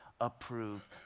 approved